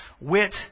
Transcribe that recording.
Wit